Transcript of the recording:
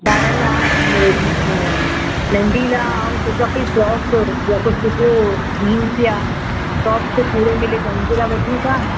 ॿारनि लाइ नंढी लाइ आउं सोचियां पई फ्रोक या कुझु सुठो जींस या टॉप कुझु न मिले त हुन जे लाइ वठूं था